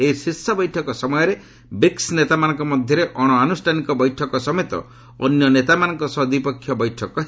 ଏହି ଶୀର୍ଷ ବୈଠକ ସମୟରେ ବ୍ରିକ୍ୱ ନେତାମାନଙ୍କ ମଧ୍ୟରେ ଅଣ ଆନୁଷାନିକ ବୈଠକ ସମେତ ଅନ୍ୟ ନେତାମାନଙ୍କ ସହ ଦ୍ୱିପକ୍ଷୀୟ ବୈଠକ ହେବ